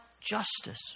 justice